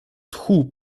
tchu